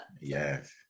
Yes